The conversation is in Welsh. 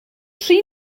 tri